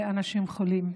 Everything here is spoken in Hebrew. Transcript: לאנשים חולים,